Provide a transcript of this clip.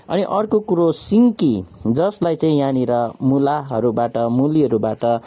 अनि अर्को कुरो सिन्की जसलाई चाहिँ यहाँनिर मुलाहरूबाट मुलीहरूबाट